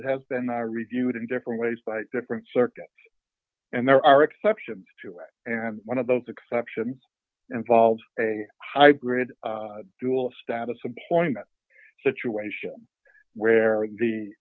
it has been are reviewed in different ways by different circuits and there are exceptions to it and one of those exceptions involves a hybrid dual status employment situation where